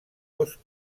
dos